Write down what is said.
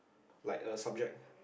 like a subject